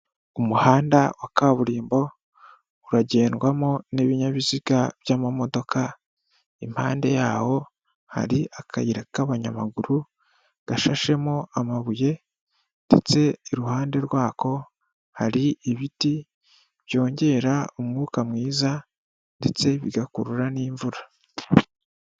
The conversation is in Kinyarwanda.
Umuhanda wa kaburimbo uragendwamo n'ibinyabiziga by'amamodoka impande yaho hari akayira k'abanyamaguru, gashashemo amabuye ndetse iruhande rwako hari ibiti byongera umwuka mwiza ndetse bigakurura n'imvura.